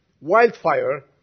wildfire